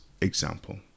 example